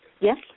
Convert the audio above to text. Yes